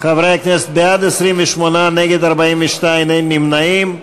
דב חנין, איימן עודה, מסעוד גנאים,